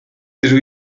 dydw